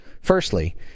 firstly